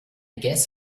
guess